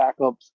backups